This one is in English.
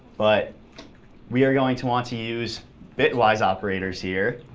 but we are going to want to use bitwise operators here.